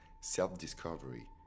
self-discovery